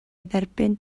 dderbyn